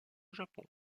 japon